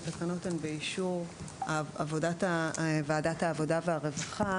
הם באישור ועדת העבודה והרווחה.